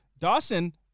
Dawson